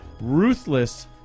ruthless